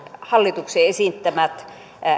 hallituksen esittämät